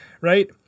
Right